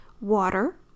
water